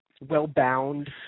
well-bound